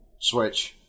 Switch